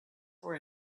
were